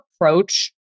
approach